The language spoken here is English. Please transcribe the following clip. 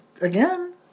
again